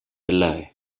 below